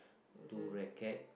two racket